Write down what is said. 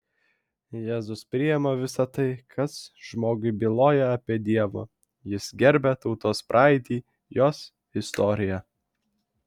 jėzus priima visa tai kas žmogui byloja apie dievą jis gerbia tautos praeitį jos istoriją